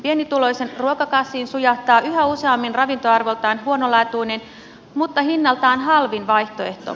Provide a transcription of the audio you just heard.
pienituloisen ruokakassiin sujahtaa yhä useammin ravintoarvoltaan huonolaatuinen mutta hinnaltaan halvin vaihtoehto